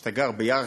איפה שאתה גר, בירכא,